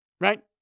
right